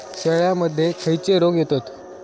शेळ्यामध्ये खैचे रोग येतत?